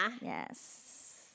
Yes